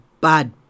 Bad